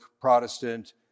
Protestant